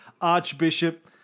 Archbishop